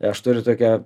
aš turiu tokią